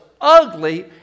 ugly